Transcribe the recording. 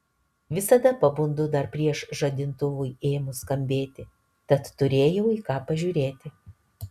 visada pabundu dar prieš žadintuvui ėmus skambėti tad turėjau į ką pažiūrėti